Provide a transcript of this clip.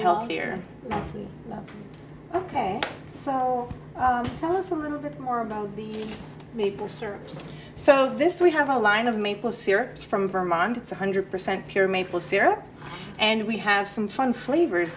healthier ok so tell us a little bit more about the maple syrup so this we have a line of maple syrup from vermont it's one hundred percent pure maple syrup and we have some fun flavors